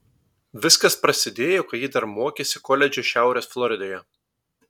viskas prasidėjo kai ji dar mokėsi koledže šiaurės floridoje